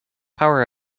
power